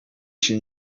się